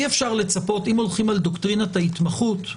אם הולכים על דוקטרינת ההתמחות,